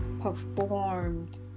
performed